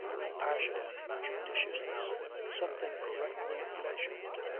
compassion judiciousness something correctly measured.